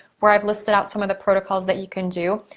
where i've listed out some of the protocols that you can do.